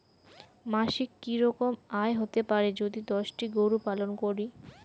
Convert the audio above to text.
মাসিক কি রকম আয় হতে পারে যদি দশটি গরু পালন করি?